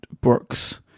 Brooks